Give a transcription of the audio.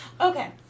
Okay